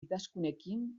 idazkunekin